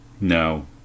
No